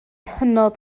hynod